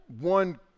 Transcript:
one